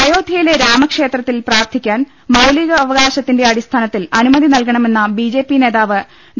അയോധൃയിലെ രാമക്ഷേത്രത്തിൽ പ്രാർത്ഥിക്കാൻ മൌലികാ വകാശത്തിന്റെ അടിസ്ഥാനത്തിൽ അനുമതി നൽകണമെന്ന ബി ജെ പി നേതാവ് ഡോ